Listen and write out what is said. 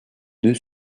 deux